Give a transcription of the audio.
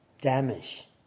damage